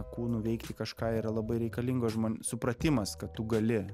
kūnų veikti kažką yra labai reikalingos žmonių supratimas kad tu gali